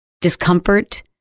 discomfort